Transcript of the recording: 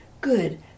good